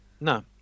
no